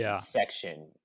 section